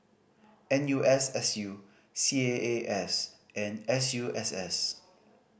N U S S U C A A S and S U S S